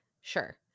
Sure